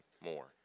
more